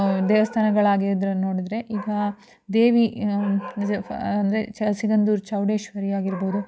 ದೇವಸ್ಥಾನಗಳಾಗಿದ್ರನ್ನ ನೋಡಿದರೆ ಈಗ ದೇವಿ ಫ ಅಂದರೆ ಚ ಸಿಗಂಧೂರು ಚೌಡೇಶ್ವರಿಯಾಗಿರ್ಬೋದು